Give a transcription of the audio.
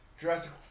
Jurassic